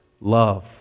love